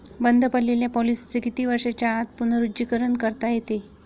बंद पडलेल्या पॉलिसीचे किती वर्षांच्या आत पुनरुज्जीवन करता येते?